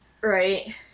Right